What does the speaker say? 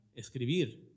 escribir